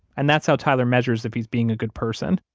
and that's how tyler measures if he's being a good person.